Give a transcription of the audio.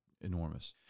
enormous